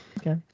Okay